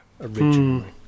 originally